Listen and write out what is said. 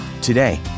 Today